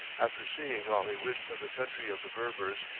after seeing all he wished of the country of the berbers,